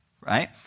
right